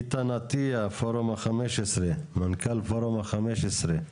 איתן אטיה, מנכ"ל פורום ה-15.